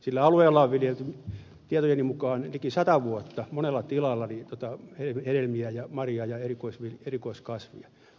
sillä alueella on viljelty tietojeni mukaan liki sata vuotta monella tilalla hedelmiä ja marjoja ja erikoiskasveja